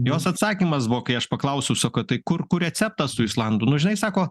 jos atsakymas buvo kai aš paklausiau sakau tai kur kur receptas tų islandų nu žinai sako